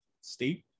steve